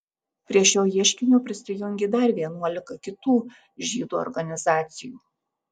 prie šio ieškinio prisijungė dar vienuolika kitų žydų organizacijų